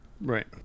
right